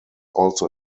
also